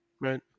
right